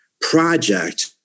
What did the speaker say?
project